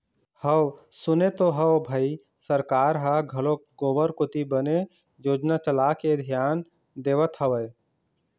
हव सुने तो हव भई सरकार ह घलोक गोबर कोती बने योजना चलाके धियान देवत हवय